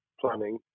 planning